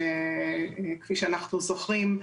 כפי שאנחנו זוכרים,